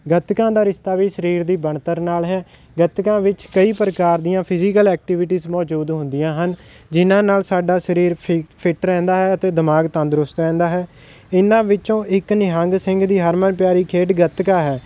ਗੱਤਕਾ ਦਾ ਰਿਸ਼ਤਾ ਵੀ ਸਰੀਰ ਦੀ ਬਣਤਰ ਨਾਲ ਹੈ ਗੱਤਕਾ ਵਿੱਚ ਕਈ ਪ੍ਰਕਾਰ ਦੀਆਂ ਫਿਜੀਕਲ ਐਕਟੀਵਿਟੀਜ਼ ਮੌਜੂਦ ਹੁੰਦੀਆਂ ਹਨ ਜਿਹਨਾਂ ਨਾਲ ਸਾਡਾ ਸਰੀਰ ਫਿਟ ਰਹਿੰਦਾ ਹੈ ਅਤੇ ਦਿਮਾਗ ਤੰਦਰੁਸਤ ਰਹਿੰਦਾ ਹੈ ਇਹਨਾਂ ਵਿੱਚੋਂ ਇੱਕ ਨਿਹੰਗ ਸਿੰਘ ਦੀ ਹਰਮਨ ਪਿਆਰੀ ਖੇਡ ਗੱਤਕਾ ਹੈ